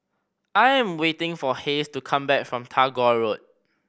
I am waiting for Hays to come back from Tagore Road